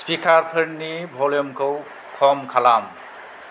स्पिकारफोरनि भलिउमखौ खम खालाम